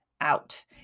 out